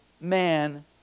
man